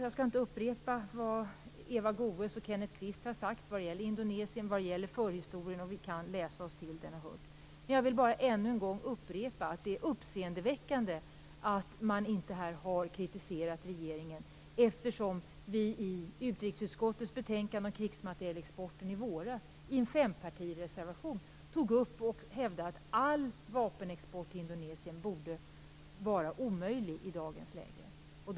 Jag skall inte upprepa vad Eva Goës och Kenneth Kvist har sagt om Indonesien och om förhistorien; vi kan läsa oss till den och vi har hört den. Jag vill bara ännu en gång upprepa att det är uppseendeväckande att man inte här har kritiserat regeringen eftersom vi i utrikesutskottets betänkande om krigsmaterielexporten i våras i en fempartireservation tog upp och hävdade att all vapenexport till Indonesien borde vara omöjlig i dagens läge.